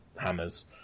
hammers